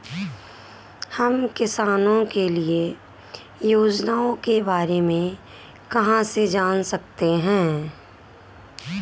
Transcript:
हम किसानों के लिए योजनाओं के बारे में कहाँ से जान सकते हैं?